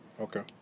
Okay